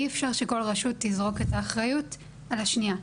אי אפשר שכל רשות תזרוק את האחריות על השנייה,